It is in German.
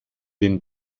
den